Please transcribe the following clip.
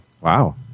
Wow